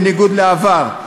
בניגוד לעבר.